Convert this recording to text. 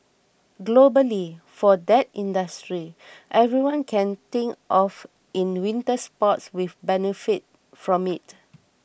globally for that industry everyone can think of in winter sports will benefit from it